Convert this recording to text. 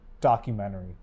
documentary